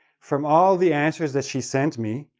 from all the answers that she sent me,